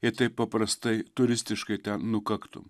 jei taip paprastai turistiškai ten nukaktum